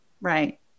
Right